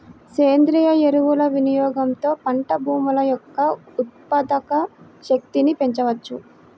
సేంద్రీయ ఎరువుల వినియోగంతో పంట భూముల యొక్క ఉత్పాదక శక్తిని పెంచవచ్చు